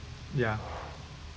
ya